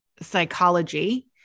psychology